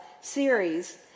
series